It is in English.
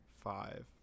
five